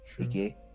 okay